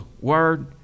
word